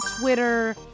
Twitter